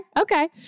Okay